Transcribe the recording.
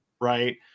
right